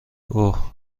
اوه